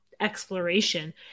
exploration